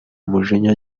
umujinya